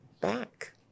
back